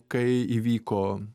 kai įvyko